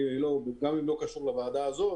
גם אם זה לא קשור לוועדה הזאת,